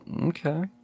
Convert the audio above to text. Okay